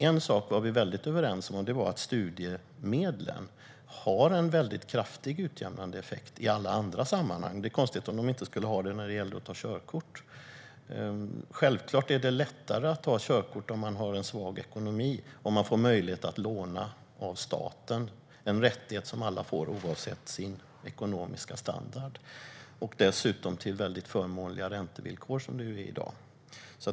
En sak var vi väldigt överens om, nämligen att studiemedlen har en kraftig utjämnande effekt i alla andra sammanhang. Det vore konstigt om de inte skulle ha det när det gäller att ta körkort. Om man har en svag ekonomi är det självklart lättare att ta körkort om man får möjlighet att låna av staten. Det är en rättighet som alla får oavsett ekonomisk standard, och dessutom till de förmånliga räntevillkor som gäller i dag.